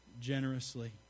generously